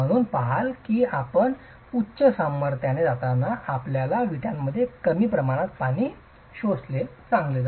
म्हणून आपण पहाल की आपण उच्च सामर्थ्याने जाताना आपल्या विटामध्ये कमी प्रमाणात पाणी शोषणे चांगले